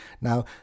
Now